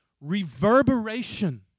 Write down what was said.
reverberation